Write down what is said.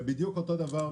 בדיוק אותו דבר,